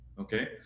okay